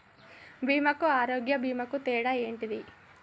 బీమా కు ఆరోగ్య బీమా కు తేడా ఏంటిది?